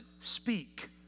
speak